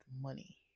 money